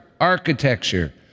architecture